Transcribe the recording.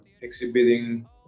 exhibiting